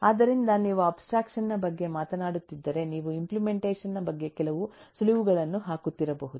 ಆದ್ದರಿಂದ ನೀವು ಅಬ್ಸ್ಟ್ರಾಕ್ಷನ್ ನ ಬಗ್ಗೆ ಮಾತನಾಡುತ್ತಿದ್ದರೆ ನೀವು ಇಂಪ್ಲೆಮೆಂಟೇಷನ್ ನ ಬಗ್ಗೆ ಕೆಲವು ಸುಳಿವುಗಳನ್ನು ಹಾಕುತ್ತಿರಬಹುದು